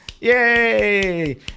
Yay